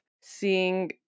seeing